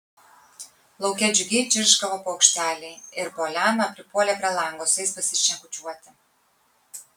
lauke džiugiai čirškavo paukšteliai ir poliana pripuolė prie lango su jais pasišnekučiuoti